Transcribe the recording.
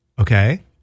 Okay